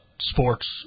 sports